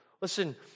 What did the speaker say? Listen